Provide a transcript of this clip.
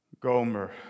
Gomer